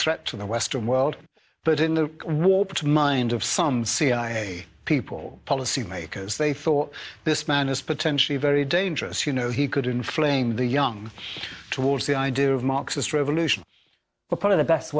threat to the western world but in the warped mind of some cia people policymakers they thought this man is potentially very dangerous you know he could inflame the young towards the idea of marxist revolution but part of the best